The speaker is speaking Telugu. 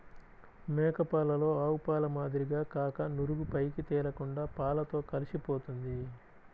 మేక పాలలో ఆవుపాల మాదిరిగా కాక నురుగు పైకి తేలకుండా పాలతో కలిసిపోతుంది